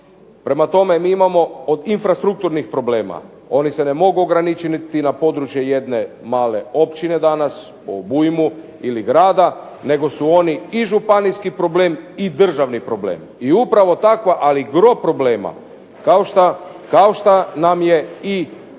Prema tome, mi imamo od infrastrukturnih problema. Oni se ne mogu ograničiti na područje jedne male općine danas po obujmu ili grada, nego su oni i županijski problem i državni problem. I upravo takva, ali gro problema kao šta nam je i